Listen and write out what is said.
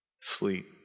sleep